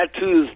tattoos